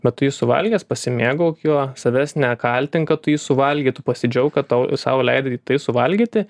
bet tu jį suvalgęs pasimėgauk juo savęs nekaltink kad tu jį suvalgei tu pasidžiauk kad tau sau leidai tai suvalgyti